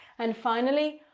and finally,